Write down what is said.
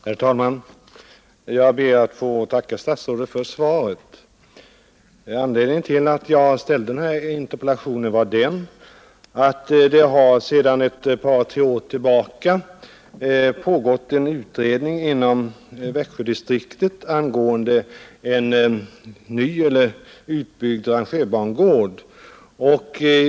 Herr talman! Jag ber att få tacka statsrådet för svaret. Anledningen till att jag framställde den här interpellationen var att det sedan ett par tre år tillbaka har pågått en utredning inom Växjödistriktet angående en ny.eller utbyggd rangerbangård.